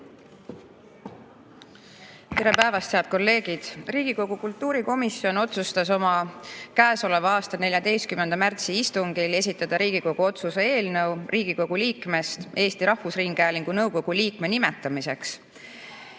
Tere päevast, head kolleegid! Riigikogu kultuurikomisjon otsustas oma käesoleva aasta 14. märtsi istungil esitada Riigikogu otsuse eelnõu Riigikogu liikmest Eesti Rahvusringhäälingu nõukogu liikme nimetamiseks.Me